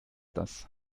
das